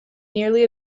nearly